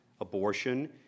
abortion